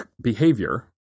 behavior